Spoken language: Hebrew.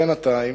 בינתיים